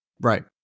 Right